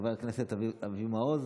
חבר הכנסת אבי מעוז,